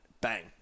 Bang